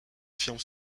affirme